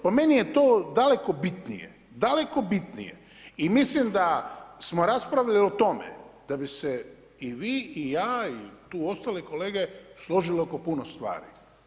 Po meni je to daleko bitnije, daleko bitnije i mislim da smo raspravili o tom da bi se i vi i ja i tu ostale kolege složile oko puno stvari.